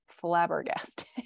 flabbergasted